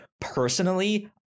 personally